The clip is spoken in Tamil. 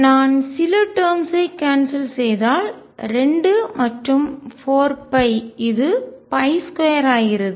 நான் சில டெர்ம்ஸ் ஐ கான்செல் செய்தால் 2 மற்றும் 4π இது 2 ஆகிறது